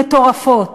מטורפות,